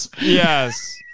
Yes